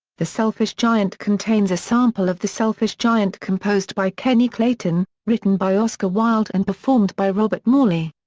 the selfish giant contains a sample of the selfish giant composed by kenny clayton, written by oscar wilde and performed by robert morley.